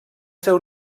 seu